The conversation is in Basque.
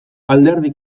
alderdi